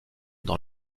dans